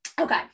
Okay